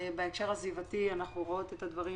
בהקשר הסביבתי אנחנו רואות את הדברים